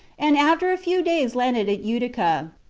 and after a few days landed at utica.